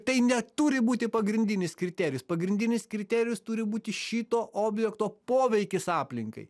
tai neturi būti pagrindinis kriterijus pagrindinis kriterijus turi būti šito objekto poveikis aplinkai